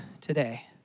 today